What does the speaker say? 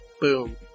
boom